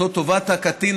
אותה טובת הקטין,